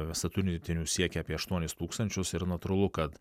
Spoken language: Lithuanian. statutinių siekia apie aštuonis tūkstančius ir natūralu kad